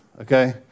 Okay